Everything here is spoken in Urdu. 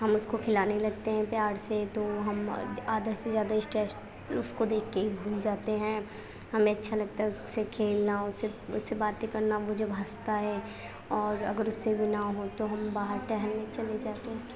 ہم اس کو کھلانے لگتے ہیں پیار سے تو ہم آدھا سے زیادہ اسٹریس اس کو دیکھ کے ہی بھول جاتے ہیں ہمیں اچھا لگتا ہے اس سے کھیلنا اس سے باتیں کرنا وہ جب ہنستا ہے اور اگر اس سے بھی نہ ہو تو ہم باہر ٹہلنے چلے جاتے ہیں